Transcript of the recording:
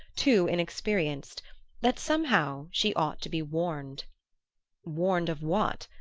too inexperienced that somehow she ought to be warned warned of what?